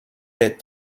est